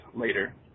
later